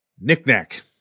knickknack